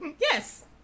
yes